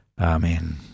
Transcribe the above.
Amen